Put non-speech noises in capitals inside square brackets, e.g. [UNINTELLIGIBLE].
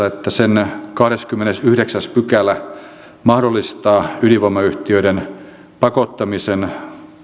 [UNINTELLIGIBLE] että sen kahdeskymmenesyhdeksäs pykälä mahdollistaa ydinvoimayhtiöiden pakottamisen